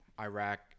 Iraq